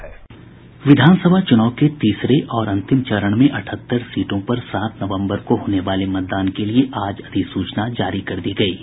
विधानसभा चुनाव के तीसरे और अंतिम चरण में अठहत्तर सीटों पर सात नवंबर को होने वाले मतदान के लिए आज अधिसूचना जारी कर दी गयी है